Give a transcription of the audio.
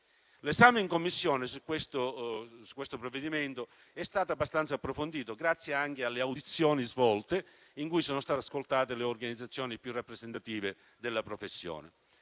L'esame in Commissione su questo provvedimento è stato abbastanza approfondito, grazie anche alle audizioni svolte, in cui sono state ascoltate le organizzazioni più rappresentative della professione.